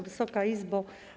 Wysoka Izbo!